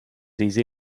easy